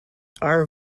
are